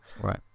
Right